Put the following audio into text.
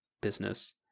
business